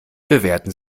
bewerten